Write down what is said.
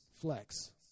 flex